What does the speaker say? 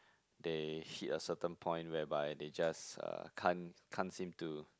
they hit a certain point whereby they just uh can't can't seem to